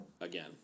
again